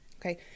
Okay